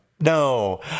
No